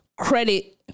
Credit